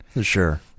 Sure